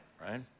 right